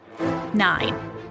Nine